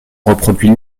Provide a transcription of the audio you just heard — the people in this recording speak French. reproduit